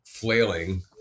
Flailing